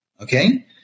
Okay